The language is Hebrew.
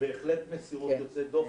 בהחלט מסירות יוצאת דופן.